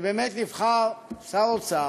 שבאמת נבחר שר אוצר